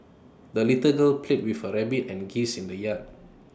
the little girl played with her rabbit and geese in the yard